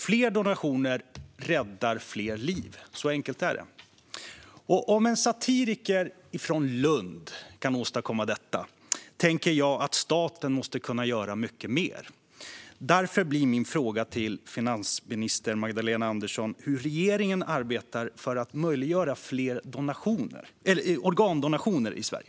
Fler donationer räddar fler liv - så enkelt är det. Om en satiriker från Lund kan åstadkomma detta tänker jag att staten måste kunna göra mycket mer, och därför blir min fråga till finansminister Magdalena Andersson: Hur arbetar regeringen för att möjliggöra fler organdonationer i Sverige?